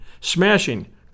smashing